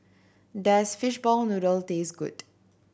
does fishball noodle taste good